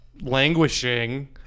languishing